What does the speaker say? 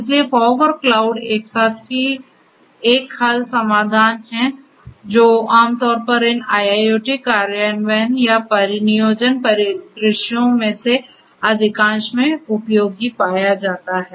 इसलिए फॉग और क्लाउड एक साथ एक हल समाधान है जो आमतौर पर इन IIoT कार्यान्वयन या परिनियोजन परिदृश्यों में से अधिकांश में उपयोगी पाया जाता है